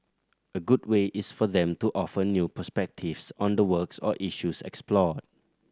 a good way is for them to offer new perspectives on the works or issues explored